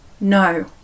No